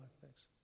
Thanks